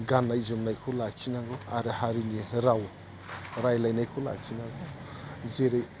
गाननाय जोमनायखौ लाखिनांगौ आरो हारिनि राव रायज्लायनायखौ लाखिनांगौ जेरै